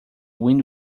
wind